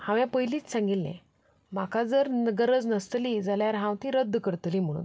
हांवें पयलींच सांगिल्लें म्हाका जर गरज नासतली जाल्यार हांव ती रद्द करतलीं म्हणून